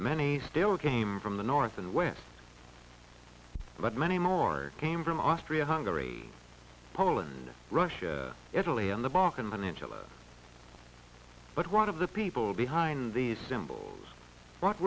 many still came from the north and west but many more are came from austria hungary poland russia italy and the balkan peninsula but one of the people behind these symbols what